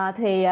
Thì